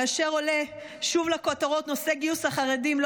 כאשר עולה שוב לכותרות נושא גיוס החרדים לא